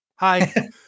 Hi